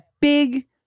big